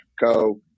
go